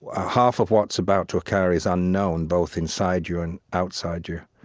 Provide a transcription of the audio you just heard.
ah half of what's about to occur is unknown both inside you and outside you.